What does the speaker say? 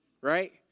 right